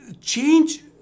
change